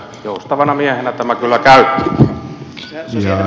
joustavana miehenä tämä kyllä käy